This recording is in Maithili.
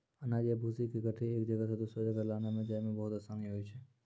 अनाज या भूसी के गठरी एक जगह सॅ दोसरो जगह लानै लै जाय मॅ बहुत आसानी होय छै